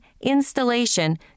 installation